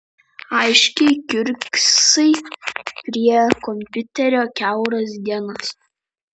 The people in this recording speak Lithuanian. aiškiai kiurksai prie kompiuterio kiauras dienas